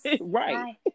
Right